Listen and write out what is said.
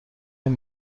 این